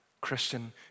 Christian